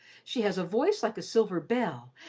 she has a voice like a silver bell,